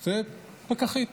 פקחית,